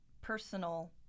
personal